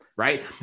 Right